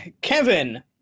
Kevin